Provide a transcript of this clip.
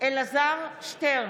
אלעזר שטרן,